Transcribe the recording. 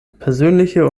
persönliche